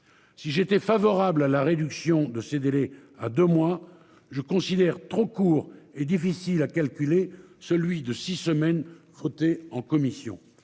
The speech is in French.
Si j'étais favorable à la réduction de ces délais à deux mois. Je considère trop court et difficile à calculer, celui de six semaines voté en commission.